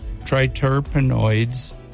triterpenoids